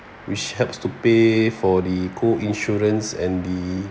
which helps to pay for the co insurance and the